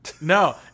No